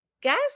guess